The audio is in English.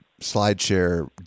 SlideShare